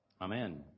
Amen